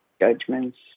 judgments